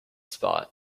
spot